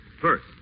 first